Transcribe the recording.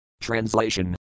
Translation